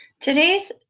Today's